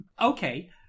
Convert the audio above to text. Okay